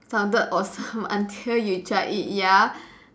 sounded awesome until you try it ya